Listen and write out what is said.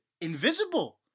invisible